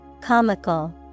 Comical